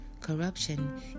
Corruption